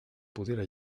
pudiera